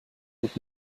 und